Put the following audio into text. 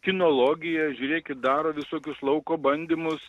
kinologiją žiūrėkit daro visokius lauko bandymus